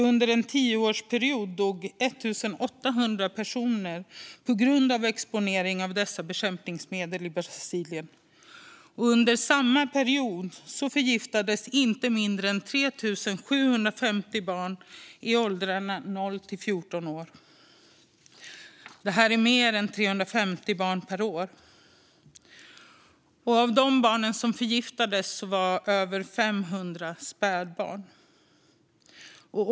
Under en tioårsperiod dog 1 800 personer i Brasilien efter att de exponerats för dessa bekämpningsmedel, och under samma period förgiftades inte mindre än 3 750 barn i åldern 0-14 år, alltså mer än 350 barn per år. Bland dessa var fler än 500 spädbarn.